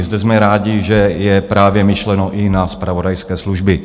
Zde jsme rádi, že je právě myšleno i na zpravodajské služby.